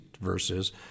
verses